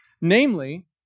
namely